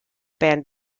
band